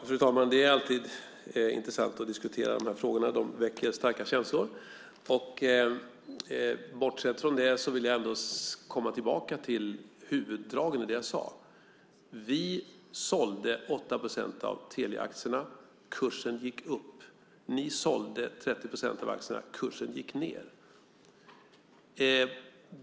Fru talman! Det är alltid intressant att diskutera de här frågorna. De väcker starka känslor. Bortsett från det vill jag komma tillbaka till huvuddragen i det jag sade. Vi sålde 8 procent av Teliaaktierna; kursen gick upp. Ni sålde 30 procent av aktierna; kursen gick ned.